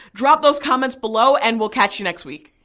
drop those comments below and we'll catch you next week.